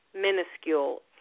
minuscule